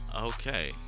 Okay